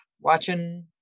watching